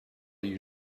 you